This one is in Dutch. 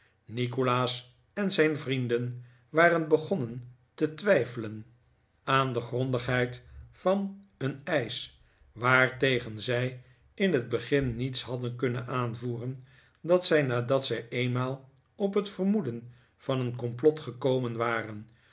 nikolaas en zijn vrienden waren begonnen te twijfelen aan de gegrondheid van een eisch waartegen zij in het begin niets hadden kunnen aanvoeren dat zij nadat zij eenmaal op het vermoeden van een complot gekomen waren